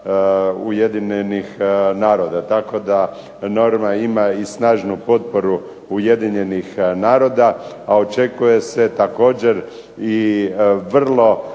Ujedinjenih naroda. Tako da i norma ima snažnu potporu Ujedinjenih naroda, a očekuje se također i vrlo